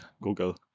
google